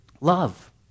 love